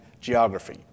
geography